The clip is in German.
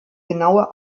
genaue